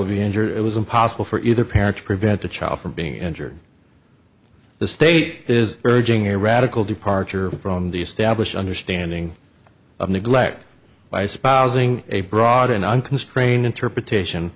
would be injured it was impossible for either parent to prevent the child from being injured the state is urging a radical departure from the established understanding of neglect by spazzing a broad and unconstrained interpretation